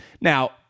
Now